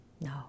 No